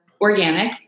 organic